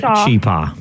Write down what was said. cheaper